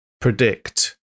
predict